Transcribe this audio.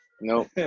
Nope